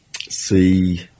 see